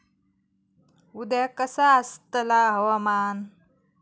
उद्या कसा आसतला हवामान?